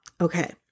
Okay